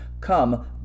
come